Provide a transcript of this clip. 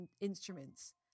instruments